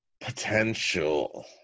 potential